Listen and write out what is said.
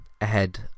ahead